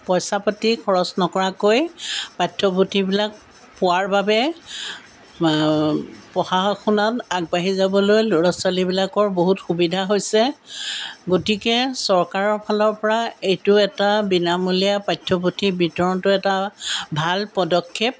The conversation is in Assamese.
পইচা পাতি খৰচ নকৰাকৈ পাঠ্যপুথিবিলাক পোৱাৰ বাবে পঢ়া শুনাত আগবাঢ়ি যাবলৈ ল'ৰা ছোৱালীবিলাকৰ বহুত সুবিধা হৈছে গতিকে চৰকাৰৰ ফালৰ পৰা এইটো এটা বিনামূলীয়া পাঠ্যপুথি বিতৰণটো এটা ভাল পদক্ষেপ